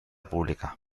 pública